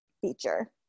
feature